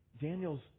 Daniel's